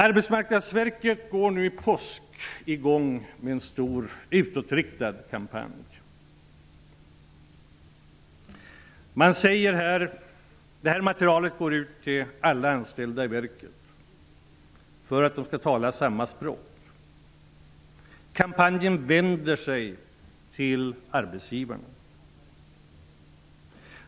Arbetsmarknadsverket går nu i påsk i gång med en stor utåtriktad kampanj. Detta material går ut till alla anställda i verket för att de skall tala samma språk. Kampanjen vänder sig till arbetsgivarna.